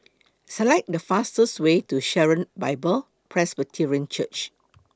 Select The fastest Way to Sharon Bible Presbyterian Church